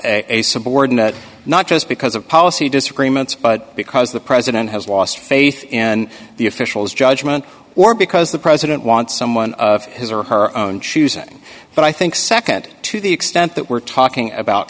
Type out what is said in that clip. a subordinate not just because of policy disagreements but because the president has lost faith in the officials judgment or because the president wants someone of his or her own choosing but i think nd to the extent that we're talking about